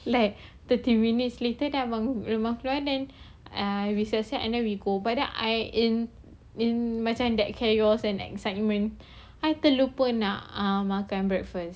like thirty minutes later then abang lukman keluar then err we siap-siap and then we go but then I in in macam that chaos and that excitement I terlupa nak err makan breakfast